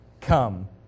come